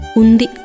undi